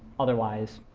otherwise,